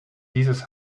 dieses